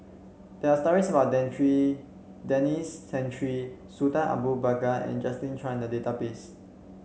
there are stories about Denis Santry Sultan Abu Bakar and Justin Zhuang in the database